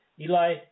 Eli